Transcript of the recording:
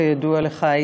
כידוע לך,